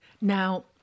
now